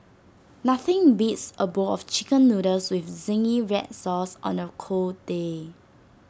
nothing beats A bowl of Chicken Noodles with Zingy Red Sauce on A cold day